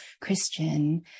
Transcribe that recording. Christian